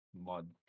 mod